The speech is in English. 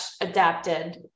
adapted